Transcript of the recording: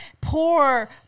poor